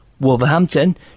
Wolverhampton